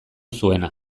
zuena